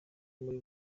muri